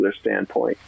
standpoint